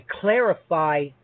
clarify